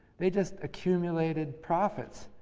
they just accumulated profits.